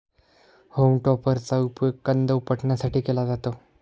home टॉपरचा उपयोग कंद उपटण्यासाठी केला जातो